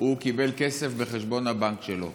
הוא קיבל כסף לחשבון הבנק שלו.